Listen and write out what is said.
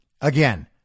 Again